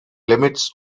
limits